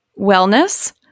Wellness